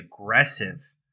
aggressive